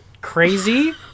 crazy